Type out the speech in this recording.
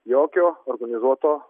jokio organizuoto